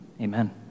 Amen